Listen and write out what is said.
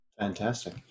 fantastic